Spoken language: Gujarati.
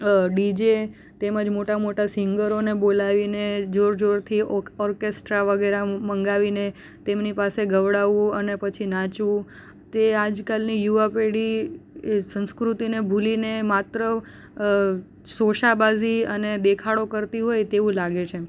ડીજે તેમજ મોટા મોટા સિંગરોને બોલાવીને જોર જોરથી ઓરકેસ્ટ્રા વગેરે મંગાવીને તેમની પાસે ગવડાવવું અને પછી નાચંવુ તે આજ કાલની યુવા પેઢી સંસ્કૃતિને ભૂલીને માત્ર શોસાબાજી અને દેખાડો કરતી હોય તેવું લાગે છે